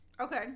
Okay